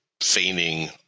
feigning